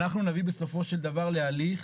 אנחנו נביא בסופו של דבר, להליך